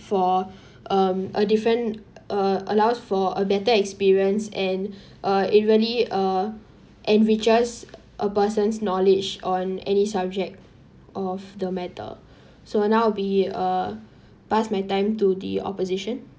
for um a different uh allows for a better experience and uh it really uh enriches a person's knowledge on any subject of the matter so now be uh pass my time to the opposition